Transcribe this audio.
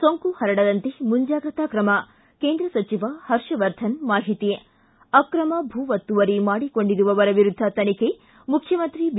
ಸೋಂಕು ಹರಡದಂತೆ ಮುಂಜಾಗ್ರತಾ ಕ್ರಮ ಕೇಂದ್ರ ಸಚಿವ ಹರ್ಷವರ್ಧನ ಮಾಹಿತಿ ಿ ಅಕ್ರಮ ಭೂ ಒತ್ತುವರಿ ಮಾಡಿಕೊಂಡಿರುವವರ ವಿರುದ್ದ ತನಿಖೆ ಮುಖ್ಯಮಂತ್ರಿ ಬಿ